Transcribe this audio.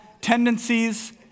tendencies